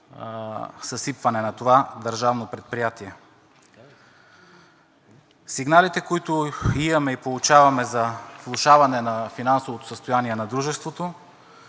съсипване на това държавно предприятие. Сигналите, които имаме и получаваме за влошаване на финансовото състояние на дружеството,